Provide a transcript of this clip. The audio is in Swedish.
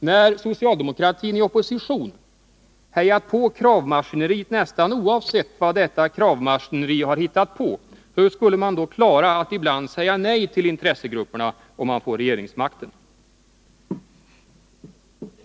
När socialdemokratin i opposition hejat på kravmaskineriet nästan oavsett vad detta kravmaskineri har hittat på, hur skulle man då klara att ibland säga nej till intressegrupperna, om man får regeringsmakten?